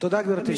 תודה, גברתי.